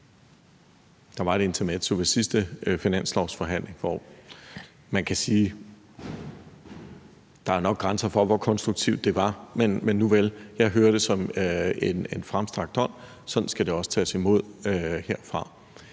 Der var et intermezzo ved sidste finanslovsforhandling, og man kan sige, at der nok er grænser for, hvor konstruktivt det var. Nuvel, jeg hører det som en fremstrakt hånd. Sådan skal det også tages imod herfra.